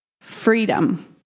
freedom